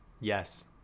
Yes